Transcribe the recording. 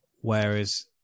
whereas